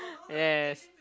yes